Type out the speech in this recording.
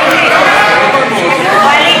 הודעת